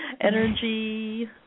energy